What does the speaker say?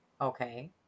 Okay